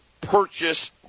purchase